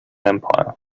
empire